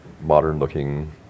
modern-looking